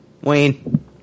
Wayne